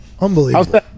Unbelievable